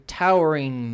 towering